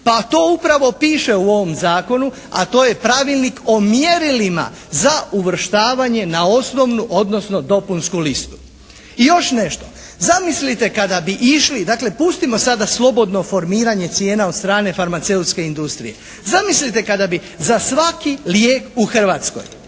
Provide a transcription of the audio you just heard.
Pa to upravo piše u ovom Zakonu, a to je pravilnik o mjerilima za uvrštavanje na osnovnu, odnosno dopunsku listu. I još nešto, zamislite kada bi išli, dakle pustimo sada slobodno formiranje cijena od strane farmaceutske industrije. Zamislite kada bi za svaki lijek u Hrvatskoj,